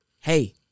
Hey